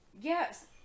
Yes